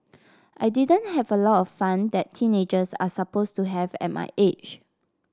I didn't have a lot of fun that teenagers are supposed to have at my age